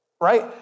right